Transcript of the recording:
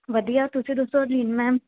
ਵਧੀਆ ਤੁਸੀਂ ਦੱਸੋ ਜੀ ਮੈਮ